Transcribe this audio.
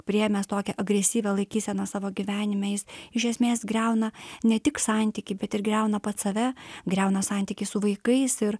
priėmęs tokią agresyvią laikyseną savo gyvenime jis iš esmės griauna ne tik santykį bet ir griauna pats save griauna santykį su vaikais ir